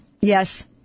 Yes